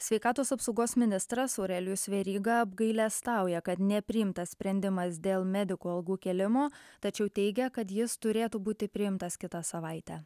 sveikatos apsaugos ministras aurelijus veryga apgailestauja kad nepriimtas sprendimas dėl medikų algų kėlimo tačiau teigia kad jis turėtų būti priimtas kitą savaitę